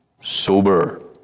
sober